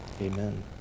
Amen